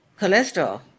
cholesterol